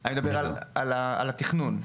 אני מדבר על התכנון.